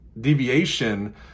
deviation